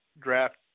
Draft